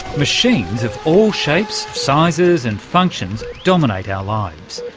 machines of all shapes, sizes and functions dominate our lives.